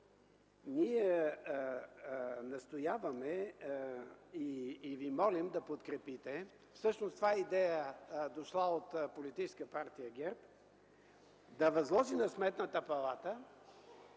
Ние настояваме и ви молим да подкрепите... Всъщност, това е идея, дошла от Политическа партия ГЕРБ, да възложи на Сметната палата